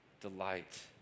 delight